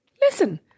Listen